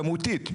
כמותית,